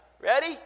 Ready